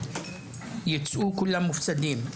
יצאו כולם מופסדים,